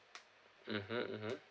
mmhmm mmhmm